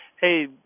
hey